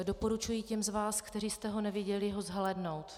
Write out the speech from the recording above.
Doporučuji těm z vás, kteří jste ho neviděli, ho zhlédnout.